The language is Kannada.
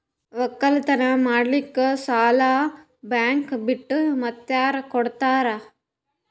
ಒಕ್ಕಲತನ ಮಾಡಲಿಕ್ಕಿ ಸಾಲಾ ಬ್ಯಾಂಕ ಬಿಟ್ಟ ಮಾತ್ಯಾರ ಕೊಡತಾರ?